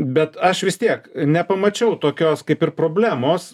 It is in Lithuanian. bet aš vis tiek nepamačiau tokios kaip ir problemos